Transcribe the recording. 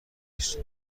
بیست